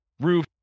roof